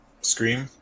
Scream